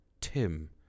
Tim